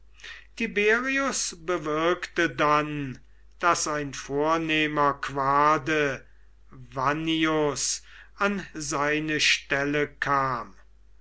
tiberius bewirkte dann daß ein vornehmer quade vannius an seine stelle kam